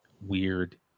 weird